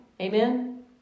Amen